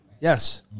Yes